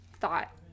thought